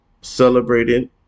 celebrated